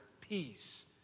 peace